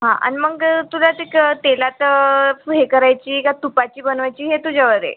हां आणि मग तुला ते क तेलात हे करायची का तुपाची बनवायची हे तुझ्यावर ए